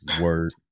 Word